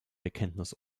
bekenntnis